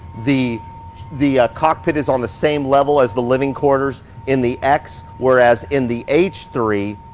the the cockpit is on the same level as the living quarters in the x, whereas in the h three,